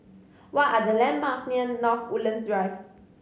what are the landmarks near North Woodlands Drive